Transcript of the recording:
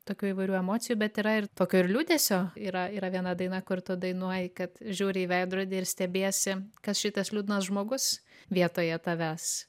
tokių įvairių emocijų bet yra ir tokio ir liūdesio yra yra viena daina kur tu dainuoji kad žiūri į veidrodį ir stebiesi kas šitas liūdnas žmogus vietoje tavęs